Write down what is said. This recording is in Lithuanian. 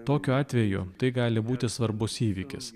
tokiu atveju tai gali būti svarbus įvykis